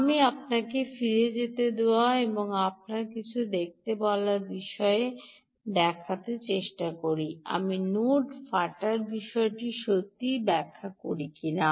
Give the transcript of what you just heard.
আমি আপনাকে ফিরে যেতে দেওয়া এবং আপনাকে কিছু দেখাতে বলার বিষয়ে আমি কেবল দেখার চেষ্টা করছি যে আমি নোড ফাটার বিষয়টি সত্যিই ব্যাখ্যা করি কিনা